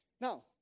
Now